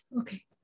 okay